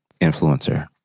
Influencer